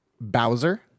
Bowser